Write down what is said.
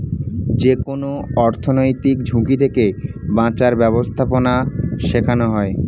যেকোনো অর্থনৈতিক ঝুঁকি থেকে বাঁচার ব্যাবস্থাপনা শেখানো হয়